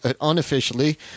unofficially